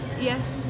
Yes